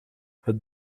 het